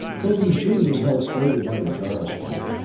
though the machine was held stable by the gyroscopes,